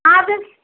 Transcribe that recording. ادٕ حظ